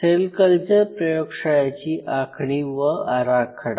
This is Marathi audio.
सेल कल्चर प्रयोगशाळेची आखणी व आराखडा